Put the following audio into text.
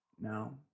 No